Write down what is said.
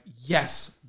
yes